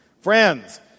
Friends